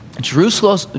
Jerusalem